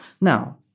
Now